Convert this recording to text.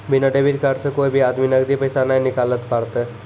बिना debit card से कोय भी आदमी नगदी पैसा नाय निकालैल पारतै